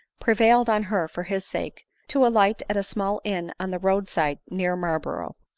prevailed on her, for his sake, to alight at a small inn on the road side near marlborough.